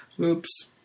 Oops